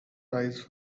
eyes